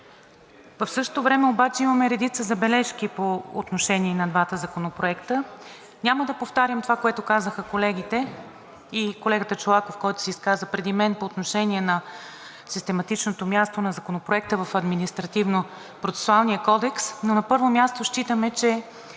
В същото време обаче имаме редица забележки по отношение на двата законопроекта. Няма да повтарям това, което казаха колегите и колегата Чолаков, който се изказа преди мен по отношение на систематичното място на Законопроекта в Административнопроцесуалния кодекс, но на първо място, считаме, че